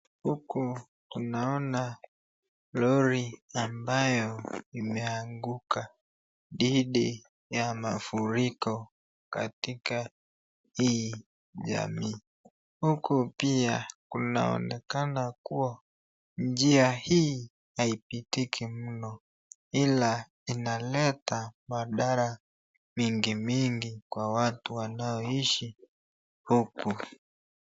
Huku tunaona lori ambayo imeanguka, ndidi ya mafuriko katika hii jamii. Huku pia kunaonekana kuwa njia hii haipitiki mno ila inaleta madhara mingi mingi kwa watu wanoishi huku.